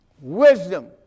wisdom